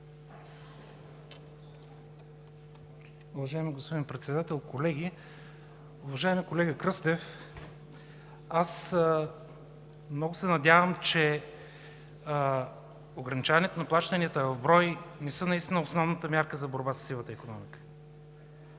Уважаеми господин Председател, колеги! Уважаеми колега Кръстев, аз много се надявам, че ограничаването на плащанията в брой не са наистина основната мярка за борба със сивата икономика.